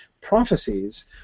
prophecies